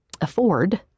afford